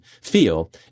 feel